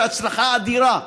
וההצלחה אדירה,